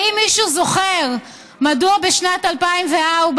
האם מישהו זוכר מדוע בשנת 2004,